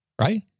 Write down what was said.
Right